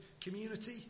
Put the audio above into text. community